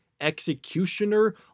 executioner